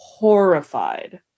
Horrified